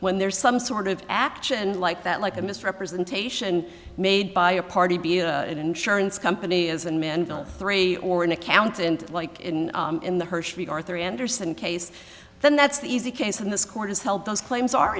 when there's some sort of action like that like a misrepresentation made by a party be a insurance company is a mental three or an accountant like in the hershey arthur andersen case then that's the easy case in this court is held those claims are